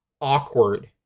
awkward